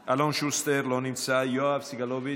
אלון שוסטר, לא נמצא, יואב סגלוביץ'